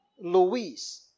Louise